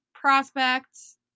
prospects